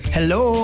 Hello